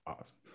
Awesome